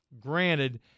Granted